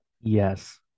Yes